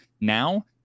now